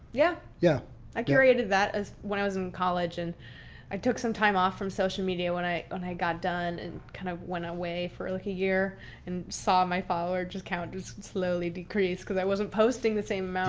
yeah. yeah i curated that as when i was in college and i took some time off from social media when i and i got done and kind of went away for like a year and saw my follower just count slowly decrease because i wasn't posting the same amount.